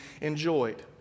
enjoyed